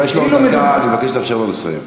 חבר'ה, יש לו עוד דקה, אני מבקש לאפשר לו לסיים.